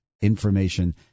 information